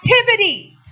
activities